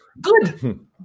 Good